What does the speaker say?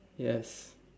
yes